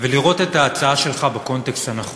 ולראות את ההצעה שלך בקונטקסט הנכון.